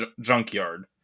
junkyard